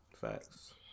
Facts